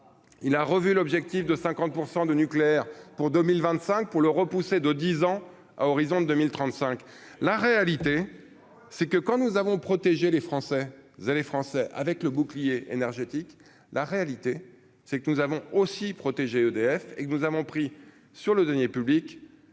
il a revu l'objectif de 50 % de nucléaire pour 2025 pour le repousser de 10 ans à horizon 2035, la réalité c'est que quand nous avons protégé les Français vous allez Français avec le bouclier énergétique, la réalité c'est que nous avons aussi protéger EDF et que nous avons pris sur le Denier public